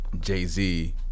jay-z